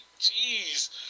jeez